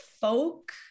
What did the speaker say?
folk